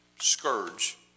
scourge